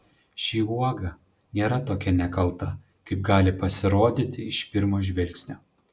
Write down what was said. ši uoga nėra tokia nekalta kaip gali pasirodyti iš pirmo žvilgsnio